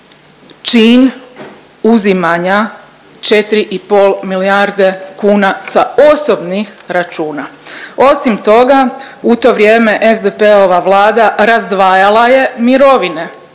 čin uzimanja 4 i pol milijarde kuna sa osobnih računa. Osim toga u to vrijeme SDP-ova Vlada razdvajala je mirovine.